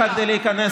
אתה וגדעון